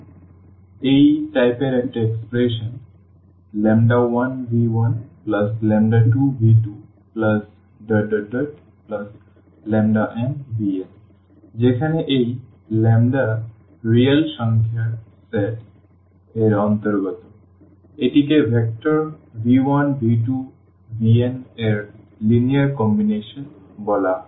সুতরাং এই টাইপের একটা এক্সপ্রেশন 1v12v2nvn যেখানে এই λs রিয়েল সংখ্যার সেট এর অন্তর্গত এটিকে ভেক্টর v1v2vn এর লিনিয়ার কম্বিনেশন বলা হয়